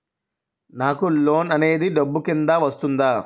నాకు లోన్ అనేది డబ్బు కిందా వస్తుందా?